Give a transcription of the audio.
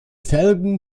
felgen